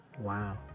Wow